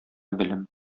белем